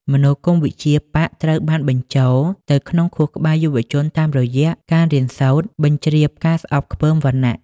មនោគមវិជ្ជាបក្សត្រូវបានបញ្ចូលទៅក្នុងខួរក្បាលយុវជនតាមរយៈការ «រៀនសូត្រ» បញ្ជ្រាបការស្អប់ខ្ពើមវណ្ណៈ។